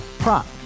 Prop